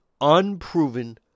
unproven